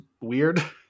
weird